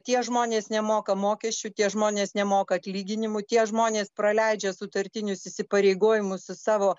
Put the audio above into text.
tie žmonės nemoka mokesčių tie žmonės nemoka atlyginimų tie žmonės praleidžia sutartinius įsipareigojimus su savo